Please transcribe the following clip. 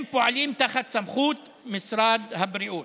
הם פועלים תחת סמכות של משרד הבריאות.